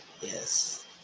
Yes